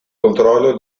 controllo